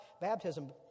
baptism